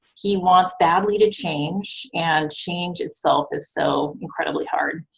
he wants badly to change and change itself is so incredibly hard.